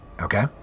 Okay